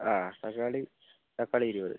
അ തക്കാളി തക്കാളി ഇരുപത്